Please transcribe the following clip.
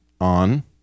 on